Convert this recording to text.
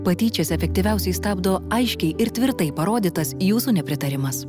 patyčias efektyviausiai stabdo aiškiai ir tvirtai parodytas jūsų nepritarimas